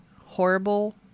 horrible